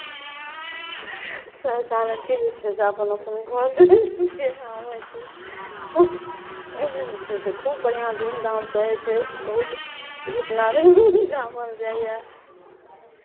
सभटा लड़की जे छै अपन अपन घर जाइ छै आबै छै ओहिमे जे छै से खूब बढ़िआँ धूमधामसँ होइ छै बहुत गीतनाद गाओल जाइए